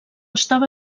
estava